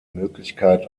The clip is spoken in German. möglichkeit